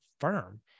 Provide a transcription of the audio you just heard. firm